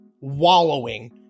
wallowing